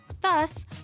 Thus